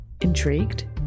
Intrigued